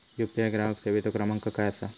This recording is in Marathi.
यू.पी.आय ग्राहक सेवेचो क्रमांक काय असा?